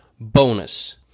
bonus